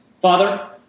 Father